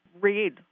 read